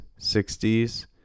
60s